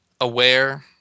aware